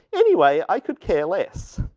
anyway, i could care less.